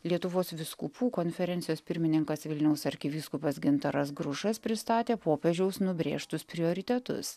lietuvos vyskupų konferencijos pirmininkas vilniaus arkivyskupas gintaras grušas pristatė popiežiaus nubrėžtus prioritetus